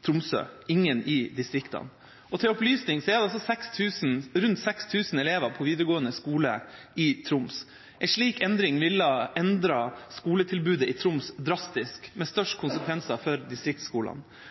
Tromsø – ingen i distriktene. Til opplysning er det rundt 6 000 elever på videregående skole i Troms. En slik endring ville endret skoletilbudet i Troms drastisk, med størst konsekvenser for distriktsskolene.